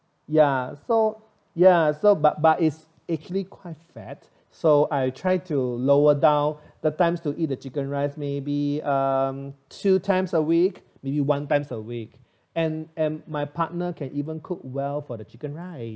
ya so ya so but but it's actually quite fat so I try to lower down the times to eat the chicken rice maybe um two times a week maybe one times a week and and my partner can even cook well for the chicken rice